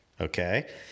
Okay